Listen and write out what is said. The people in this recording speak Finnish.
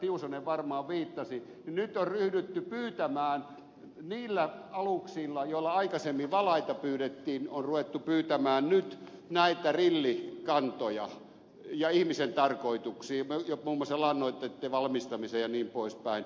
tiusanen varmaan viittasi on ryhdytty pyytämään niillä aluksilla joilla aikaisemmin valaita pyydettiin näitä krillikantoja ihmisen tarkoituksiin ja muun muassa lannoitteitten valmistamiseen jnp